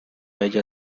haya